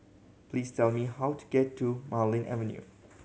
please tell me how to get to Marlene Avenue